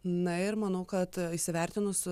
na ir manau kad įsivertinus